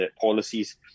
policies